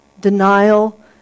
denial